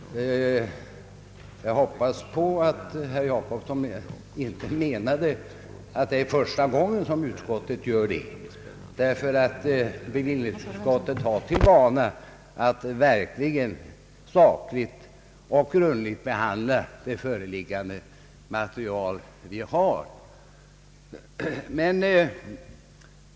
Jag hoppas att herr Jacobsson inte menade att det är första gången som utskottet gör det, ty bevillningsutskottet har för vana att verkligen sakligt och grundligt behandla föreliggande material.